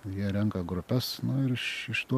jie renka grupes nu ir iš iš to